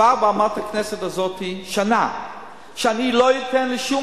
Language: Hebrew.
מעל בימת הכנסת הזאת כבר שנה שלא ייתן לחתום על שום